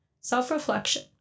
self-reflection